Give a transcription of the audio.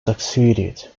succeeded